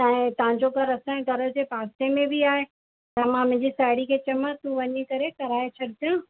ऐं तव्हांजो घर असांजे घर जे पासे में बि आहे त मां मुंहिंजी साहेड़ी खे चयोमास वञी करे कराए छॾजाइं